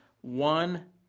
one